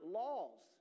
laws